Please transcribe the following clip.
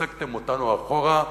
הסגתם אותנו אחורה,